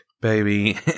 baby